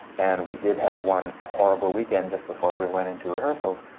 and we did have one horrible weekend, just before we went into rehearsals,